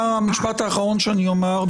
המשפט האחרון שאני אומר.